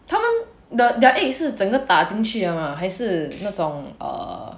他们的 their egg 是整个打进去的吗 还是那种 err